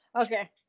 Okay